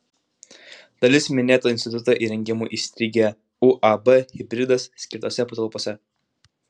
dalis minėto instituto įrengimų įstrigę uab hibridas skirtose patalpose